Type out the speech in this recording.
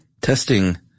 testing